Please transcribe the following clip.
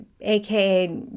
AKA